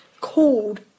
called